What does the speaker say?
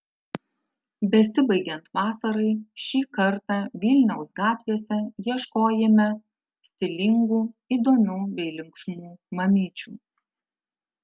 besibaigiant vasarai šį kartą vilniaus gatvėse ieškojime stilingų įdomių bei linksmų mamyčių